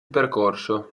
percorso